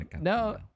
no